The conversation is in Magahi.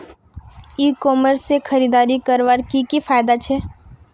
ई कॉमर्स से खरीदारी करवार की की फायदा छे?